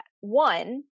One